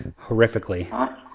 Horrifically